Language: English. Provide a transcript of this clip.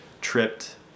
tripped